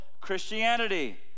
Christianity